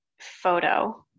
photo